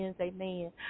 Amen